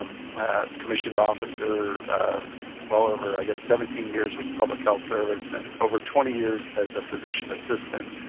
um commissioned officer well over, i guess seventeen years with the public health service and over twenty years as a physician assistant.